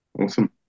Awesome